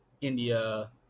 india